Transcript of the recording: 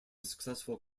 successful